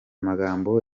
magambo